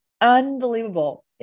unbelievable